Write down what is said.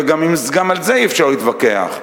וגם על זה אי-אפשר להתווכח,